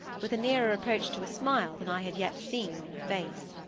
with a nearer approach to a smile than i had yet seen on her face.